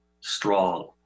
strong